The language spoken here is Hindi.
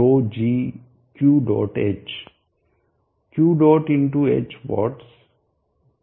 Q dot h watts